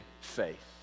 faith